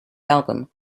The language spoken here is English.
album